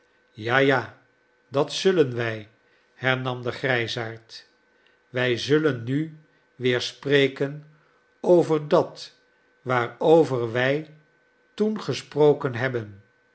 ja ja dat zullen wij hernam de grijsaard wij zullen nu weer spreken over dat waarover wij toen gesproken heb